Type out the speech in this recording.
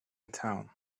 town